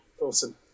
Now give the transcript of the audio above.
awesome